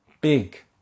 big